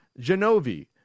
Genovi